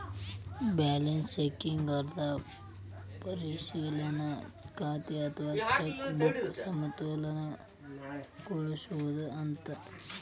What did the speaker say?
balance checking ಅರ್ಥ ಪರಿಶೇಲನಾ ಖಾತೆ ಅಥವಾ ಚೆಕ್ ಬುಕ್ನ ಸಮತೋಲನಗೊಳಿಸೋದು ಅಂತ